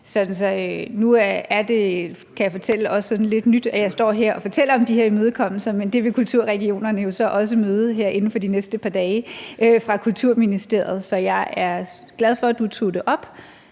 også lidt nyt, at jeg står her og fortæller om de her imødekommelser, men det vil kulturregionerne jo så også møde inden for de næste par dage i Kulturministeriet. Så jeg er glad for, at du tog det op.